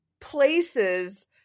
places